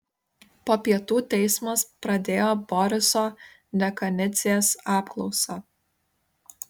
po pietų teismas pradėjo boriso dekanidzės apklausą